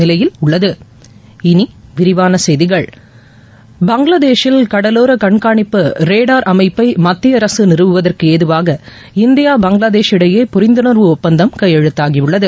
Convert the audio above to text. நிலையில் உள்ளது இனி விரிவான செய்திகள் பங்களாதேஷில் கடலோர கண்காணிப்பு ரேடார் அமைப்பை மத்திய அரசு நிறுவுவதற்கு ஏதுவாக இந்தியா பங்களாதேஷ் இடையே புரிந்துணர்வு ஒப்பந்தம் கையெழுத்தாகியுள்ளது